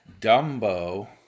Dumbo